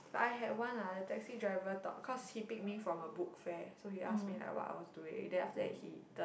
but I had one lah the taxi driver talk because he pick me from a book fair so he ask me like what I was doing then after that he turn